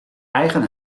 eigen